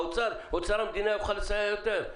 אוצר המדינה יוכל לסייע יותר.